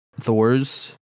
thors